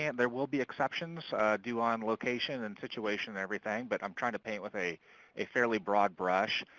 and there will be exceptions due on location and situation everything. but i'm trying to paint with a a fairly broad brush.